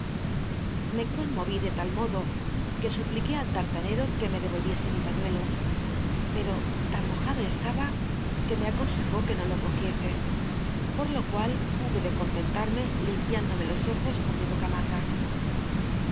lfc conmol'i de ltal modo que supliqué al tartanero que me dci'o yicse mi pailuelo pero tan mojado estaba que me aconsejó que no lo cogiese por lo cual hube de contentarme limpiándome los ojos con mi boc